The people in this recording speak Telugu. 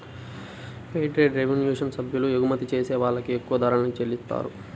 ఫెయిర్ ట్రేడ్ రెవల్యూషన్ సభ్యులు ఎగుమతి చేసే వాళ్ళకి ఎక్కువ ధరల్ని చెల్లిత్తారు